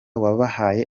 wabahaye